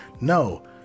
No